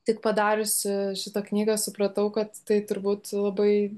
tik padariusi šitą knygą supratau kad tai turbūt labai